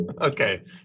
Okay